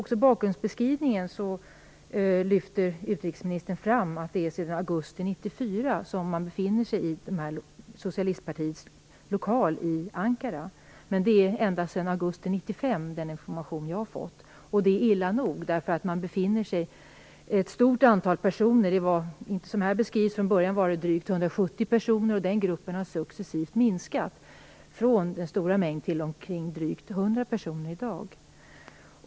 I bakgrundsbeskrivningen lyfter utrikesministern fram att flyktingarna sedan augusti 1994 befinner sig i socialistpartiets lokal i Ankara, men den information jag har fått var från augusti 1995. Det är illa nog. Beskrivningen av hur stort antalet personer är stämmer inte riktigt. Från början var det drygt 170 personer och den gruppen har successivt minskat från denna stora mängd till omkring drygt 100 personer i dag.